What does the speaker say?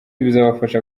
bizabafasha